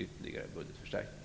ytterligare budgetförstärkningar.